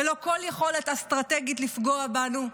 ללא כל יכולת אסטרטגית לפגוע בנו,